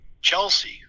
Chelsea